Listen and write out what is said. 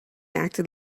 acted